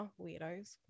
weirdos